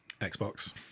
Xbox